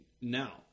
Now